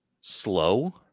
slow